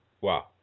Wow